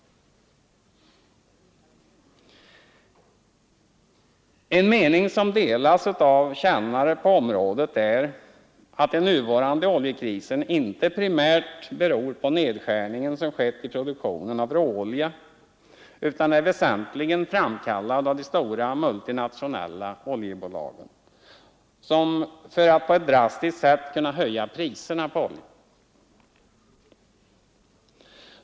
En mening som delas av kännare på området är att den nuvarande oljekrisen inte primärt beror på den nedskärning som skett i produktionen av råolja utan är väsentligen framkallad av de stora multinationella oljebolagen för att på ett drastiskt sätt kunna höja priserna på olja.